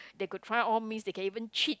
they could try all means they can even cheat